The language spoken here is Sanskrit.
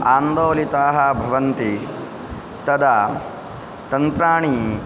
आन्दोलिताः भवन्ति तदा तन्त्राणि